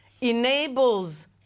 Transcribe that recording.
enables